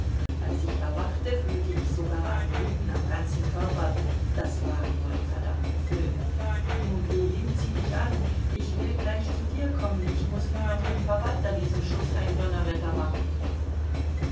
als ich erwachte fühlte ich sogar ein jucken am ganzen körper das waren wohl die verdammten flöhe nun geh hin zieh dich an ich will gleich zu dir kommen ich muß nur noch dem verwalter diesem schuft ein donnerwetter machen